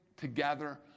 together